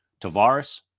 Tavares